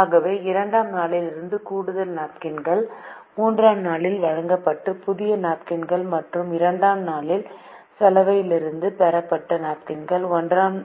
ஆகவே 2 ஆம் நாளிலிருந்து கூடுதல் நாப்கின்கள் 3 ஆம் நாளில் வாங்கப்பட்ட புதிய நாப்கின்கள் மற்றும் 3 ஆம் நாளில் சலவையிலிருந்து பெறப்பட்ட நாப்கின்கள் 1 ஆம்